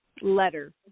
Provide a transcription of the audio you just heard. letter